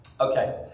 Okay